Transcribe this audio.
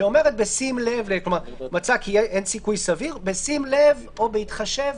שאומרת "מצא כי אין סיכוי סביר בשים לב או בהתחשב